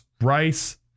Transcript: Rice